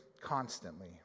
constantly